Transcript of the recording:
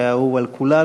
שהיה אהוב על כולנו.